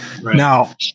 Now